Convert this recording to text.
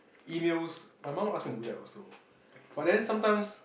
emails my mum would ask me to do that also but then sometimes